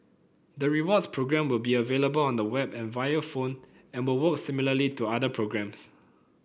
the rewards program will be available on the web and via phone and will work similarly to other programs